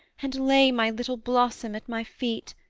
and lay my little blossom at my feet,